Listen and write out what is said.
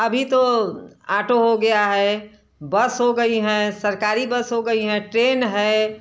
अभी तो ऑटो हो गया है बस हो गई हैं सरकारी बस हो गई हैं ट्रेन है